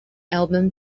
album